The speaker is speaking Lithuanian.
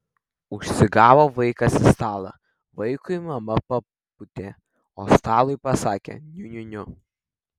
užsigavo vaikas į stalą vaikui mama papūtė o stalui pasakė niu niu niu